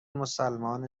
مسلمان